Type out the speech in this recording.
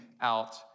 out